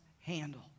handle